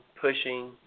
pushing